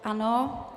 Ano.